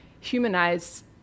humanize